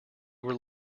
were